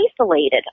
isolated